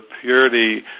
purity